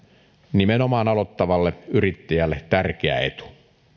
nimenomaan aloittavalle yrittäjälle tärkeä etu